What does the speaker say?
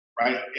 right